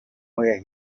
where